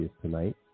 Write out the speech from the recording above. tonight